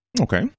okay